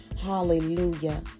hallelujah